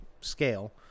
scale